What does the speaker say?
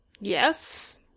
yes